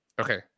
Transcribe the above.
Okay